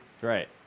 Right